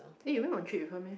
eh you went on trip with her meh